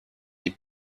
die